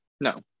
No